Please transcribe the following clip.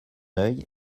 oeil